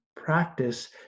Practice